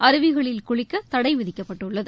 அருவிகளில் குளிக்க தடை விதிக்கப்பட்டுள்ளது